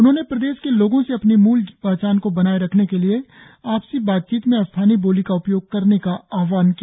उन्होंने प्रदेश के लोगों से अपनी म्ल पहचान को बनाए रखने के लिए आपसी बातचीत में स्थानीय बोली का उपयोग करने का आह्वान किया